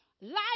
life